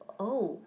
oh